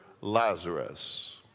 Lazarus